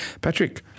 patrick